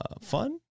fun